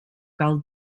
cal